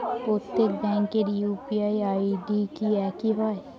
প্রত্যেক ব্যাংকের UPI ID কি একই হয়?